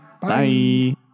Bye